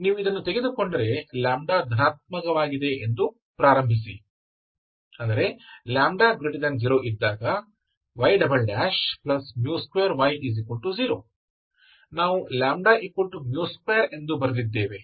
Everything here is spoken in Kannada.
ನೀವು ಇದನ್ನು ತೆಗೆದುಕೊಂಡರೆ λ ಧನಾತ್ಮಕವಾಗಿದೆ ಎಂದು ಪ್ರಾರಂಭಿಸಿ if λ0 y2y0 ನಾವು λ2 ಎಂದು ಬರೆದಿದ್ದೇವೆ